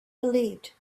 believed